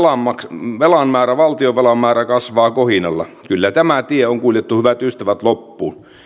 valtionvelan määrä valtionvelan määrä kasvaa kohinalla kyllä tämä tie on kuljettu hyvät ystävät